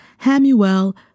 Hamuel